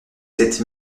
sept